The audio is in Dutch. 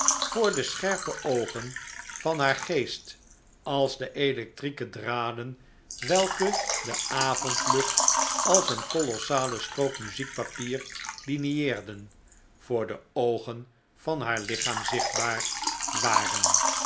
voor de scherpe oogen van haar geest als de electrieke draden welke de avondlucht als een kolossale strook muziekpapier linieerden voor de oogen van haar lichaam zichtbaar waren